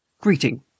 Greeting